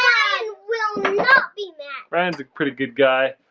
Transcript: will be mad ryan's a pretty good guy